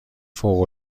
فوق